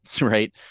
Right